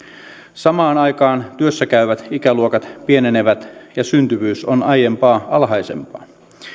samaan aikaan työssä käyvät ikäluokat pienenevät ja syntyvyys on aiempaa alhaisempaa